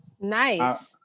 Nice